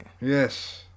Yes